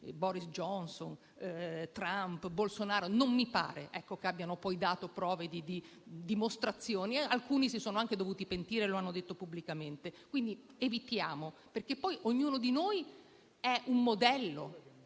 Boris Johnson, Trump, Bolsonaro, e non mi pare che abbiano poi dato prove e dimostrazioni; alcuni si sono anche dovuti pentire e lo hanno detto pubblicamente. Quindi evitiamo perché ognuno di noi è un modello